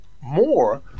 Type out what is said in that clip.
more